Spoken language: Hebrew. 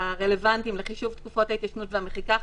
הרלוונטיים לחישוב תקופות ההתיישנות והמחיקה.